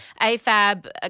AFAB